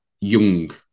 young